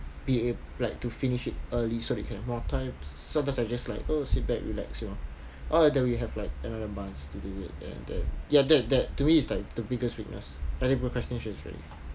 be ab~ like to finish it early so you can have more time sometimes I just like oh sit back relax you know or either we have like another month to do it and then ya that that to me is like the biggest weakness I think procrastination is really